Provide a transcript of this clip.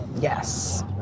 Yes